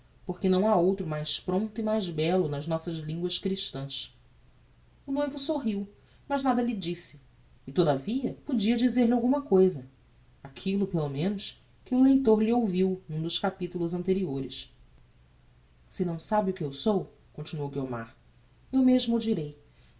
porque não ha outro mais prompto e mais bello nas nossas linguas christãs o noivo sorriu mas nada lhe disse e todavia podia dizer-lhe alguma cousa aquillo pelo menos que o leitor lhe ouviu n'um dos capitulos anteriores se não sabe o que sou continuou guiomar eu mesmo o direi